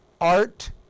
art